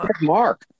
Mark